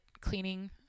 cleaning